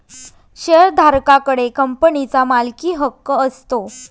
शेअरधारका कडे कंपनीचा मालकीहक्क असतो